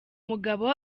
mugabo